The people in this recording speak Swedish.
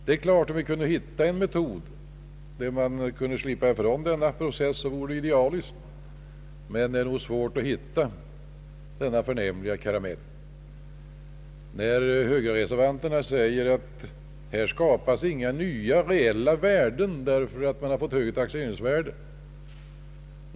Om vi kunde finna en metod så att vi kunde slippa denna process, vore det idealiskt, men det är nog svårt att hitta denna förnämliga karamell. Reservanterna i moderala samlingspartiet säger alt här inte skapas några nya reella värden, därför att man fått högre taxeringsvärden.